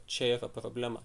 čia yra problema